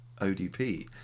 ODP